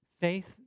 faith